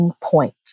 point